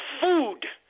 food